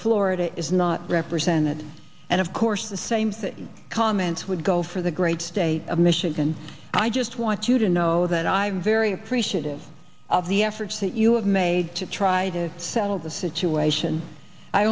florida is not represented and of course the same thing comments would go for the great state of michigan and i just want you to know that i'm very appreciative of the efforts that you have made to try to settle the situation i